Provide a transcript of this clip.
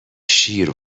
شیر